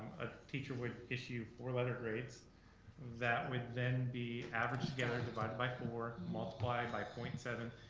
a teacher would issue four letter grades that would then be averaged together, divided by four, multiplied by point seven.